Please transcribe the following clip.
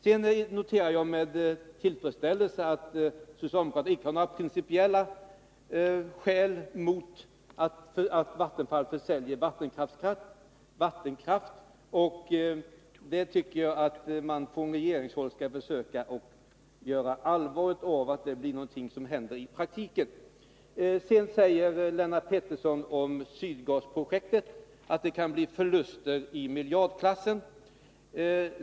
Jag noterar med tillfredsställelse att socialdemokraterna inte har några principiella invändningar mot att Vattenfall försäljer vattenkraft. Jag tycker att regeringen skall försöka göra allvar av de tankarna och se till att detta blir någonting som händer i praktiken. Lennart Pettersson sade beträffande Sydgasprojektet att detta skulle kunna innebära förluster i miljardklassen.